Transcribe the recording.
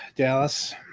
Dallas